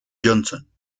johnson